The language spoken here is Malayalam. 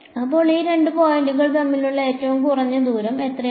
അപ്പോൾ ഈ രണ്ട് പോയിന്റുകൾ തമ്മിലുള്ള ഏറ്റവും കുറഞ്ഞ ദൂരം എത്രയാണ്